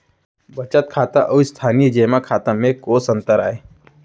बचत खाता अऊ स्थानीय जेमा खाता में कोस अंतर आय?